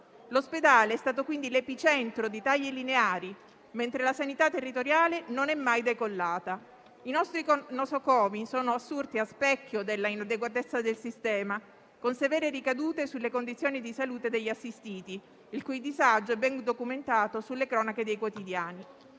L'ospedale è stato l'epicentro di tagli lineari, mentre la sanità territoriale non è mai decollata. I nostri nosocomi sono assurti a specchio dell'inadeguatezza del sistema, con severe ricadute sulle condizioni di salute degli assistiti, il cui disagio è ben documentato sulle cronache dei quotidiani.